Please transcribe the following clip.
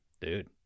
dude